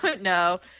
no